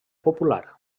popular